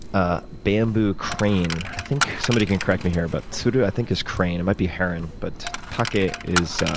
a bamboo crane. think somebody can correct me here, but siru i think is crane. it might be herring. but taka is